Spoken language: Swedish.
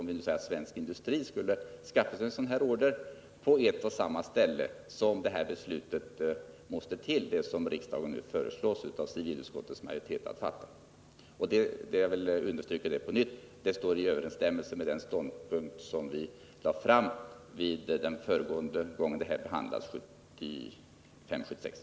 Alltsammans måste finnas på ett och samma ställe, och det är därför det beslut måste till som civilutskottets majoritet nu föreslår riksdagen att fatta. Jag vill understryka på nytt att civilutskottets förslag står i överensstämmelse med den ståndpunkt som riksdagen intog när frågan behandlades förra gången, vid 1975/76 års riksmöte.